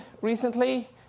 recently